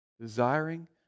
Desiring